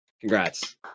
Congrats